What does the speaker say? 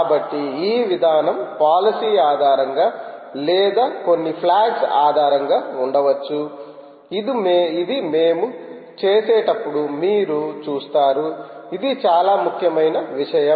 కాబట్టి ఈ విధానం పాలసీ ఆధారంగా లేదా కొన్ని ఫ్లాగ్స్ ఆధారంగా ఉండవచ్చు ఇది మేము చూసేటప్పుడు మీరు చూస్తారు ఇది చాలా ముఖ్యమైన విషయం